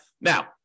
Now